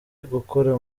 gukora